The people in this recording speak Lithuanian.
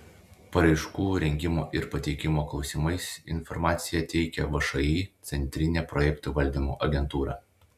paraiškų rengimo ir pateikimo klausimais informaciją teikia všį centrinė projektų valdymo agentūra